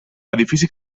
edifici